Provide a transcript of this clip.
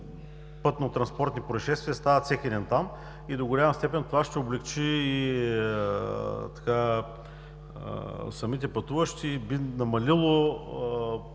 Пътно-транспортни произшествия там стават всеки ден. До голяма степен това ще облекчи самите пътуващи и би намалило